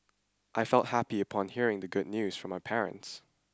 I felt happy upon hearing the good news from my parents